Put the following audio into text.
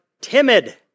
timid